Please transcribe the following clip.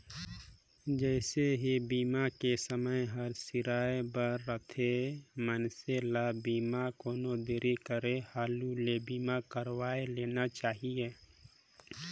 जइसे ही बीमा के समय हर सिराए बर रथे, मइनसे ल बीमा कोनो देरी करे हालू ले बीमा करवाये लेना चाहिए